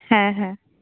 হ্যাঁ হ্যাঁ